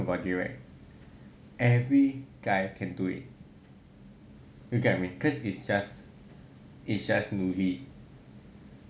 about it right every guy can do you get what I mean cause it's just it's just 努力